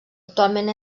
actualment